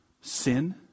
sin